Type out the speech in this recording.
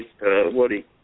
Woody